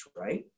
right